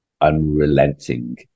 unrelenting